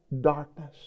darkness